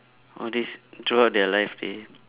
all this throughout their life they